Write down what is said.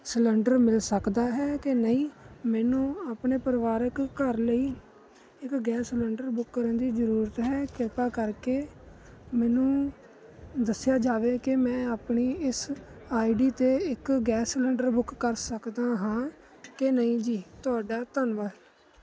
cylinder ਮਿਲ ਸਕਦਾ ਹੈ ਕਿ ਨਹੀਂ ਮੈਨੂੰ ਆਪਣੇ ਪਰਿਵਾਰਿਕ ਘਰ ਲਈ ਇੱਕ ਗੈਸ ਸਿਲੰਡਰ ਬੁੱਕ ਕਰਨ ਦੀ ਜ਼ਰੂਰਤ ਹੈ ਕਿਰਪਾ ਕਰਕੇ ਮੈਨੂੰ ਦੱਸਿਆ ਜਾਵੇ ਕਿ ਮੈਂ ਆਪਣੀ ਇਸ ਆਈਡੀ 'ਤੇ ਇੱਕ ਗੈਸ ਸਿਲੰਡਰ ਬੁੱਕ ਕਰ ਸਕਦਾ ਹਾਂ ਕਿ ਨਹੀਂ ਜੀ ਤੁਹਾਡਾ ਧੰਨਵਾਦ